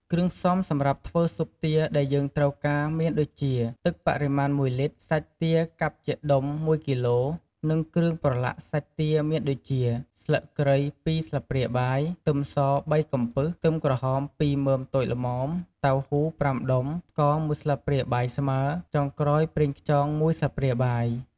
គ្រឿងផ្សំំសម្រាប់ធ្វើស៊ុបទាដែលយើងត្រូវការមានដូចជា ទឹកបរិមាណ ១លីត្រ សាច់ទា កាប់ជាដុំ ១ គីឡូ និងគ្រឿងប្រឡាក់សាច់ទាមានដូចជា ស្លឹកគ្រៃ ២ស្លាបព្រាបាយ ខ្ទឹមស ៣ កំពឹស ខ្ទឹមក្រហម ២ មើមតូចល្មម តៅហ៊ូ ៥ដុំ ស្ករ ១ ស្លាបព្រាបាយស្មើ ចុងក្រោយ ប្រេងខ្យង ១ស្លាបព្រាបាយ។